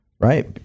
right